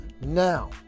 Now